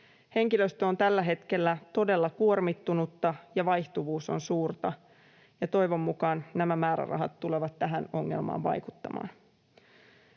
Henkilöstö on tällä hetkellä todella kuormittunutta ja vaihtuvuus on suurta, ja toivon mukaan nämä määrärahat tulevat tähän ongelmaan vaikuttamaan.